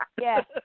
Yes